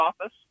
office